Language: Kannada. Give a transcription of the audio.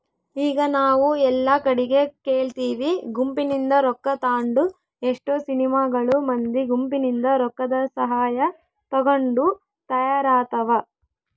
ಈಗ ನಾವು ಎಲ್ಲಾ ಕಡಿಗೆ ಕೇಳ್ತಿವಿ ಗುಂಪಿನಿಂದ ರೊಕ್ಕ ತಾಂಡು ಎಷ್ಟೊ ಸಿನಿಮಾಗಳು ಮಂದಿ ಗುಂಪಿನಿಂದ ರೊಕ್ಕದಸಹಾಯ ತಗೊಂಡು ತಯಾರಾತವ